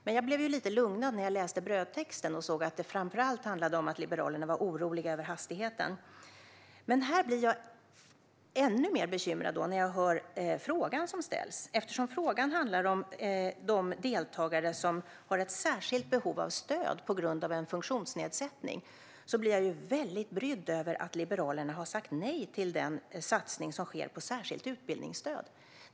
Men jag blev lite lugnad när jag läste brödtexten och såg att det framför allt handlade om att Liberalerna var oroliga över hastigheten. Men nu blir jag ännu mer bekymrad när jag hör frågan som ställs. Eftersom den handlar om de deltagare som har ett särskilt behov av stöd på grund av en funktionsnedsättning blir jag brydd över att Liberalerna har sagt nej till den satsning som sker på särskilt utbildningsstöd.